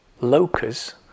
locus